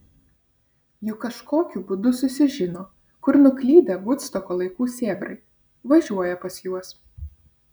juk kažkokiu būdu susižino kur nuklydę vudstoko laikų sėbrai važiuoja pas juos